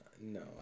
No